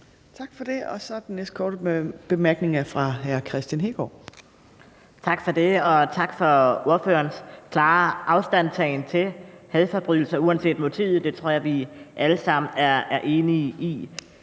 Tak for det. Den næste korte bemærkning er fra hr. Kristian Hegaard. Kl. 12:14 Kristian Hegaard (RV): Tak for det, og tak for ordførerens klare afstandtagen til hadforbrydelser uanset motivet. Det tror jeg vi alle sammen er enige i.